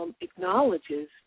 acknowledges